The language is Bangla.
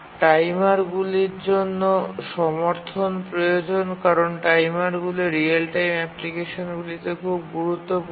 টাইমারগুলির জন্য সমর্থন প্রয়োজন কারণ টাইমারগুলি রিয়েল টাইম অ্যাপ্লিকেশনগুলিতে খুব গুরুত্বপূর্ণ